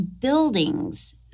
buildings